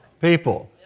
People